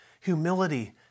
humility